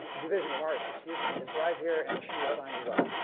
division of arts, excuse me, is right here and she will sign you up.